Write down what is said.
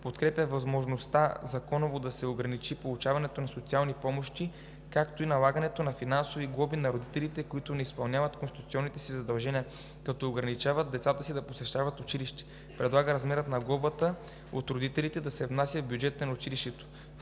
Подкрепя възможността законово да се ограничи получаването на социални помощи, както и налагането на финансови глоби на родители, които не изпълняват конституционните си задължения, като ограничават децата си да посещават училище. Предлага размерът на глобата да се внася в бюджета на училището